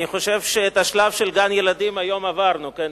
אני חושב שאת השלב של גן-ילדים היום עברנו, כן?